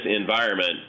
environment